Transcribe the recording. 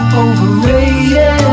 overrated